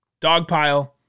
Dogpile